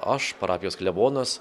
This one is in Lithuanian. aš parapijos klebonas